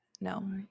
No